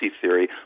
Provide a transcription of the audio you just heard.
theory